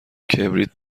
کبریت